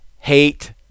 hate